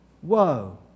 Whoa